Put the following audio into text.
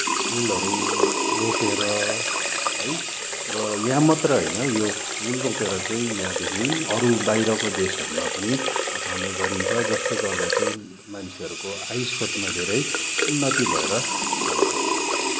फुलहरू रोपेर है र यहाँ मात्र होइन यो फुल रोपेर चाहिँ यहाँदेखि अरू बाहिरको देशहरूमा पनि पठाउने गरिन्छ जसले गर्दा चाहिँ मान्छेहरूको आय श्रोतमा धेरै उन्नति भएर जान्छ